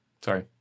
Sorry